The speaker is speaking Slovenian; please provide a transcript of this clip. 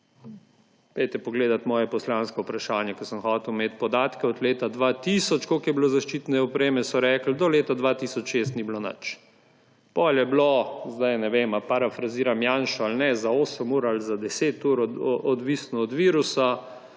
pogledat moje poslansko vprašanje, ko sem hotel imeti podatke od leta 2000, koliko je bilo zaščitne opreme, in so rekli, da do leta 2006 ni bilo nič, potem je bilo, zdaj ne vem, ali parafraziram Janšo ali ne, za 8 ur ali za 10 ur, odvisno od virusa,